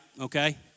okay